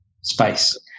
space